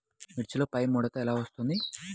మిర్చిలో పైముడత ఎలా వస్తుంది?